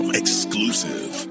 exclusive